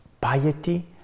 piety